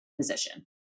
position